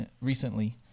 recently